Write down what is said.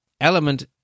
element